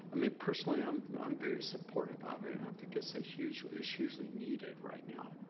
i mean personally i'm i'm very supportive of it and i think it's a huge issue hugely needed right now.